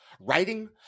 writing